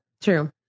True